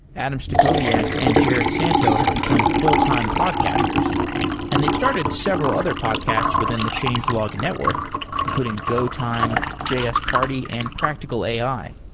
adam stacoviak and jerod santo have become full-time podcasters and they've started several other podcasts within the changelog network including go time, js party and practical ai.